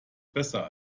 besser